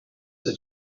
that